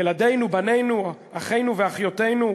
ילדינו, בנינו, אחינו ואחיותינו.